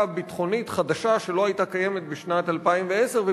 ביטחונית חדשה שלא היתה קיימת בשנת 2010,